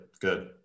good